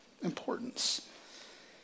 importance